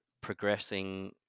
progressing